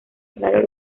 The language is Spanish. claros